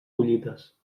collites